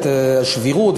השבירות,